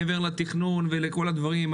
מעבר לתכנון ולכל הדברים,